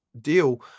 deal